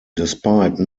despite